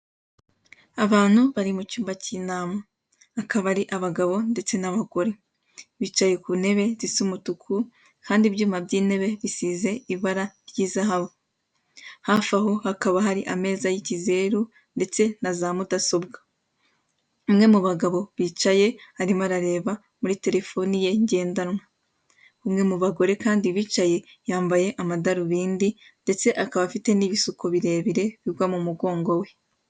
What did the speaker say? Abantu bari mu cyumba cy'inama, akaba ari abagabo ndetse n'abagore bicaye ku ntebe zisa umutuku, kandi ibyuma by'intebe bisize ibara ry'izahabu. Hafi aho hakaba hari ameza y'ikizeru ndetse na za mudasobwa. Umwe mu bagabo bicaye arimo arareba muri telefoni ye ngendanwa. Umwe mu bagore kandi bicaye yambaye amadarubindi ndetse akaba afite n'ibisuko birebire bigwa mu mugongo we.